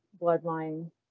bloodline